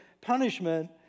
punishment